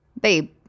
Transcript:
babe